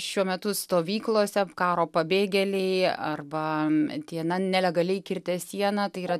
šiuo metu stovyklose karo pabėgėliai arba tie na nelegaliai kirtę sieną tai yra